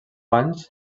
anys